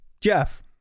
Jeff